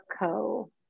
Co